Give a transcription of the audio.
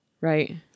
right